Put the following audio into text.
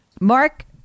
Mark